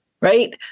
Right